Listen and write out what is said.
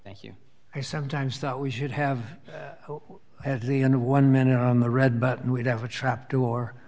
thank you i sometimes thought we should have at the end of one minute on the read but we do have a trap door